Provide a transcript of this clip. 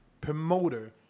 promoter